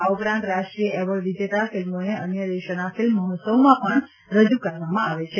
આ ઉપરાંત રાષ્ટ્રીય એવોર્ડ વિજેતા ફિલ્મોને અન્ય દેશોના ફિલ્મ મહ્રોત્સવમાં પણ રજુ કરવામાં આવે છે